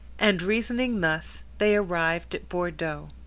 and reasoning thus they arrived at bordeaux.